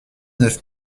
neuf